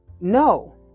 no